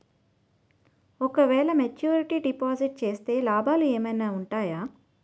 ఓ క వేల maturity deposit చేస్తే లాభాలు ఏమైనా ఉంటాయా?